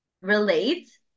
relate